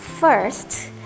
First